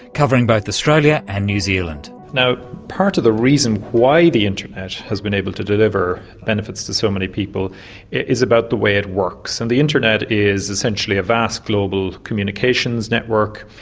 covering both australia and new zealand. part of the reason why the internet has been able to deliver benefits to so many people is about the way it works, and the internet is essentially a vast global communications network,